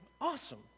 awesome